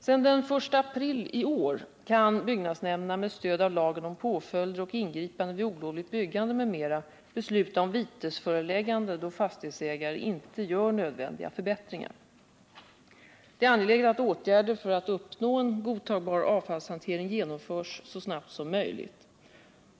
Sedan den 1 april i år kan byggnadsnämnderna med stöd av lagen om påföljder och ingripanden vid olovligt byggande m.m. besluta om vitesföreläggande då fastighetsägare inte gör nödvändiga förbättringar. Det är angeläget att åtgärder för att uppnå en godtagbar avfallshantering vidtas så snart som möjligt.